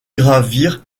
gravir